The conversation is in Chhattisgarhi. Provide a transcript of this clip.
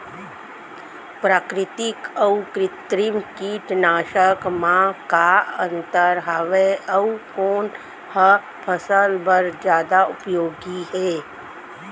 प्राकृतिक अऊ कृत्रिम कीटनाशक मा का अन्तर हावे अऊ कोन ह फसल बर जादा उपयोगी हे?